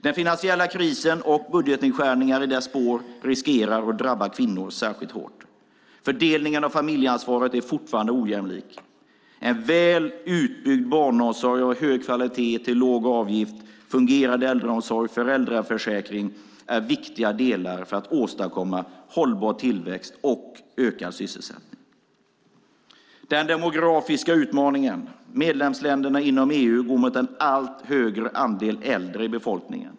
Den finansiella krisen och budgetnedskärningar i dess spår riskerar att drabba kvinnor särskilt hårt. Fördelningen av familjeansvaret är fortfarande ojämlikt. En väl utbyggd barnomsorg av hög kvalitet och till låg avgift, fungerande äldreomsorg samt föräldraförsäkring är viktiga delar för att åstadkomma hållbar tillväxt och ökad sysselsättning. Vi har också den demografiska utmaningen. Medlemsländerna inom EU går mot en allt högre andel äldre i befolkningen.